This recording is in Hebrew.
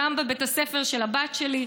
גם בבית הספר של הבת שלי.